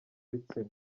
bitsina